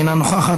אינה נוכחת,